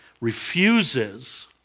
refuses